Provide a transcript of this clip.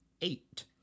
eight